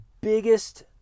biggest